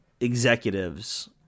executives